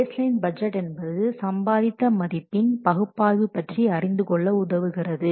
base line budget என்பது சம்பாதித்த மதிப்பின் பகுப்பாய்வு பற்றி அறிந்துகொள்ள உதவுகிறது